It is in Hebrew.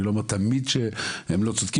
אני לא אומר תמיד שהם לא צודקים,